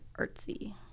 artsy